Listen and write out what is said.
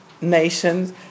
nations